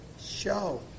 show